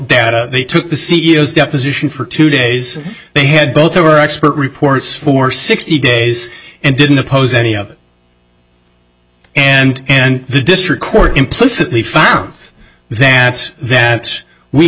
data they took the c e o s deposition for two days they had both of our expert reports for sixty days and didn't oppose any of it and and the district court implicitly found that that we